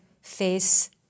face